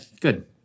good